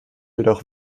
jedoch